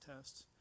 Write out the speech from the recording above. tests